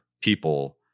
people